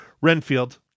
Renfield